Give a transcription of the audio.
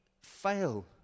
fail